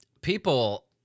people